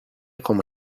como